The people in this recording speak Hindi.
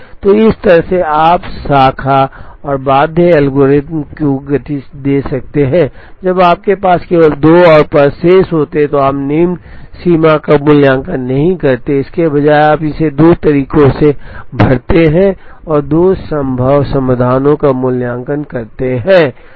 तो इस तरह से आप शाखा और बाध्य एल्गोरिथ्म को गति दे सकते हैं जब आपके पास केवल दो और पद शेष होते हैं तो आप निम्न सीमा का मूल्यांकन नहीं करते हैं इसके बजाय आप इसे दो तरीकों से भरते हैं और दो संभव समाधानों का मूल्यांकन करते हैं